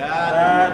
מי בעד?